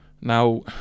Now